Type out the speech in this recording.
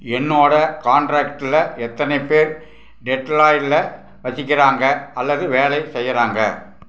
என்னோடய காண்ராக்டில் எத்தனை பேர் டெட்ராய்ட்டில் வசிக்கிறாங்க அல்லது வேலை செய்யுறாங்க